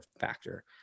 factor